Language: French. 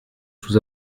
sous